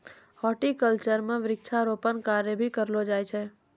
horticulture म वृक्षारोपण कार्य भी करलो जाय छै